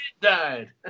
died